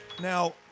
Now